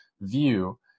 view